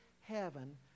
heaven